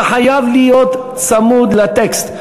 אתה חייב להיות צמוד לטקסט.